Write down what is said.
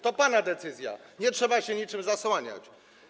To pana decyzja, nie trzeba się niczym zasłaniać.